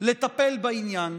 לטפל בעניין,